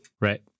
Right